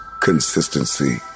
Consistency